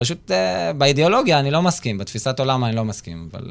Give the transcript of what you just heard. פשוט באידיאולוגיה אני לא מסכים, בתפיסת עולם אני לא מסכים.